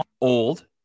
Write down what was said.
old